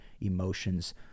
emotions